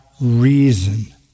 reason